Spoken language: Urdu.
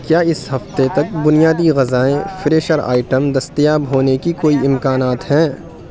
کیا اس ہفتے تک بنیادی غذائیں فریشنر آئٹم دستیاب ہونے کے کوئی امکانات ہیں